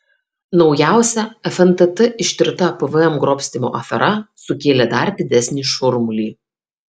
naujausia fntt ištirta pvm grobstymo afera sukėlė dar didesnį šurmulį